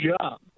job